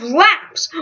laps